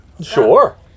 Sure